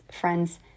friends